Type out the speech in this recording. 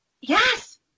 Yes